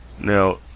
now